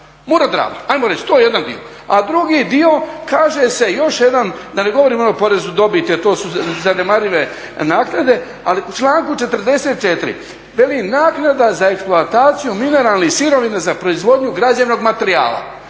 Mura-Drava. Ajmo reći, to je jedan dio. A drugi dio kaže se još jedan, da ne govorim o porezu na dobit, to su zanemarive naknade, ali u članku 44. veli naknada za eksploataciju mineralnih sirovina za proizvodnju građevnog materijala.